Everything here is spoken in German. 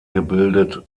gebildet